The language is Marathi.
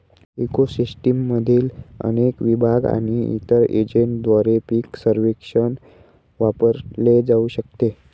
इको सिस्टीममधील अनेक विभाग आणि इतर एजंटद्वारे पीक सर्वेक्षण वापरले जाऊ शकते